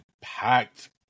packed